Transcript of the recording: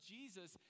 Jesus